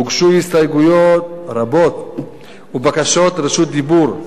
הוגשו הסתייגויות רבות ובקשות רשות דיבור.